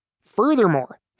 Furthermore